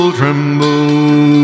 tremble